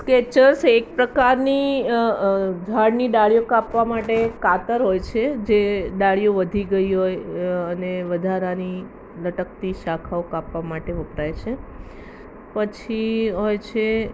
Skechers એક પ્રકારની ઝાળની ડાળીઓ કાપવા માટે એક કાતર હોય છે જે ડાળીઓ વધી ગઈ હોય અને વધારાની લટકતી શાખાઓ કાપવા માટે વપરાય છે પછી હોય છે